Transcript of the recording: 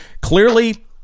clearly